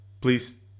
please